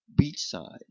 beachside